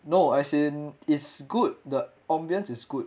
no as in is good the ambience is good